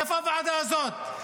איפה הוועדה הזאת?